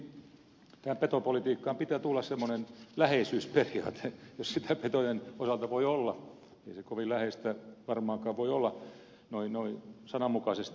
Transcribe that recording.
sen vuoksi petopolitiikkaan pitää tulla semmoinen läheisyysperiaate jos sitä petojen osalta voi olla ei se kovin läheistä varmaankaan voi olla noin sananmukaisesti